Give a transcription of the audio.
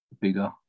bigger